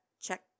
check